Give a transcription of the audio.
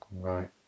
Right